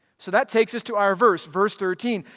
so that takes us to our verse, verse thirteen,